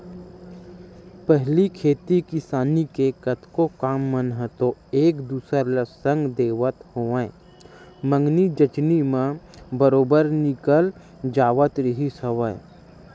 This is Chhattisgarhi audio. पहिली खेती किसानी के कतको काम मन ह तो एक दूसर ल संग देवत होवय मंगनी जचनी म बरोबर निकल जावत रिहिस हवय